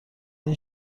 این